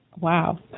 wow